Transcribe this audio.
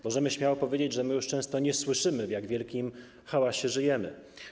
Możemy śmiało powiedzieć, że my często już nie słyszymy, w jak wielkim hałasie żyjemy.